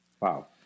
Wow